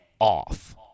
off